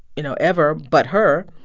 you know, ever but her.